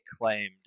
claimed